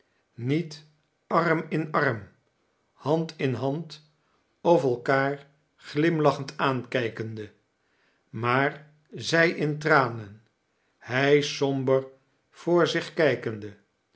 niet arm in arm hand in hand of elkaar glimlaehend aankijkende maar zij in tranen hij somber voor zich kijkende